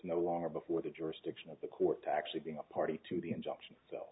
no longer before the jurisdiction of the court to actually being a party to the injunction so